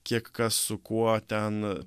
kiek kas su kuo ten